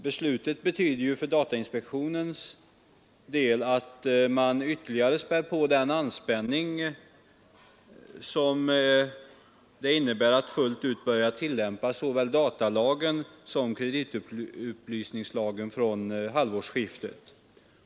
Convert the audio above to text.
Beslutet betyder ju för datainspektionens del att man ytterligare späder på den anspänning som det innebär att fullt ut börja tillämpa såväl datalagen som kreditupplysningslagen vid halvårsskiftet.